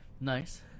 Nice